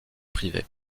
privée